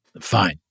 Fine